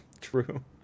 True